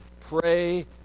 pray